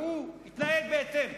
והוא יתנהג בהתאם.